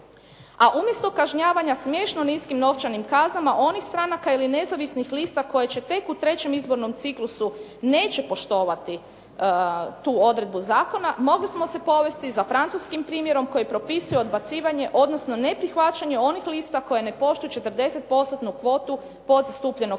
A umjesto kažnjavanja smiješno niskim novčanim kaznama onih stranaka i nezavisnih lista koje će tek u trećem izbornom ciklusu neće poštovati tu odredbu zakona, mogli smo se povesti za francuskim primjerom koji propisuje odbacivanje, odnosno neprihvaćanje onih lista koje ne poštuju 40%-tnu kvotu podzastupljenog spola.